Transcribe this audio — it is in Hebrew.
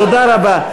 תודה רבה.